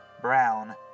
brown